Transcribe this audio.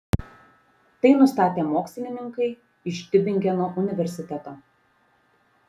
tai nustatė mokslininkai iš tiubingeno universiteto